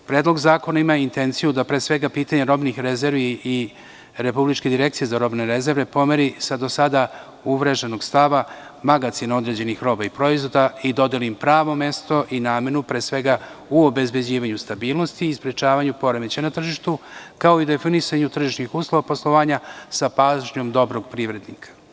Predlog zakona ima intenciju da pre svega pitanja robnih rezervi i Republičke direkcije za robne rezerve pomeri sa do sada uvreženog stava magacin određenih roba i proizvoda i dodeli im pravo mesto i namenu, pre svega u obezbeđivanju stabilnosti i sprečavanju poremećaja na tržištu, kao i definisanju tržišnih uslova poslovanja sa pažnjom dobrog privrednika.